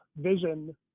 vision